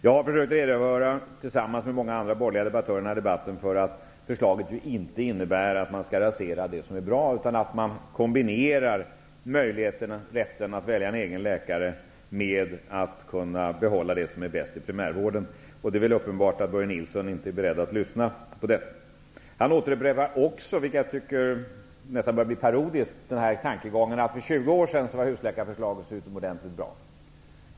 Jag har tillsammans med andra borgerliga debattörer i debatten försökt att förklara att förslaget inte innebär att det som är bra skall raseras. I stället skall rätten att välja läkare kombineras med att kunna behålla det som är bäst i primärvården. Det är väl uppenbart att Börje Nilsson inte är beredd att lyssna på detta. Börje Nilsson återupprepar också, vilket jag tycker börjar bli parodiskt, tankegången att husläkarförslaget som kom för 20 år sedan var så utomordentligt bra.